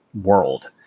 world